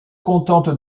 contente